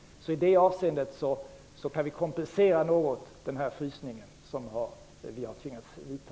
I det avseendet kan vi alltså något kompensera den frysning som vi har tvingats vidta.